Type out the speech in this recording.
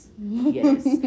Yes